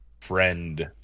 friend